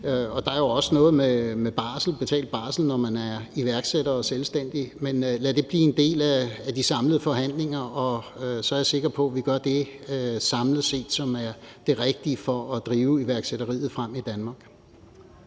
der er jo også noget med barsel, betalt barsel, når man er iværksætter og selvstændig. Men lad det blive en del af de samlede forhandlinger, og så er jeg sikker på, vi samlet set gør det, som er det rigtige for at drive iværksætteriet frem i Danmark.